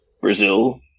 Brazil